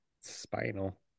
Spinal